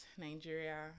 Nigeria